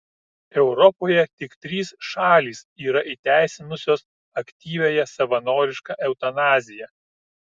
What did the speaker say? europoje tik trys šalys yra įteisinusios aktyviąją savanorišką eutanaziją